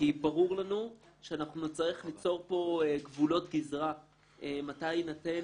כי ברור לנו שאנחנו נצטרך ליצור פה גבולות גזרה מתי יינתן,